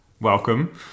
Welcome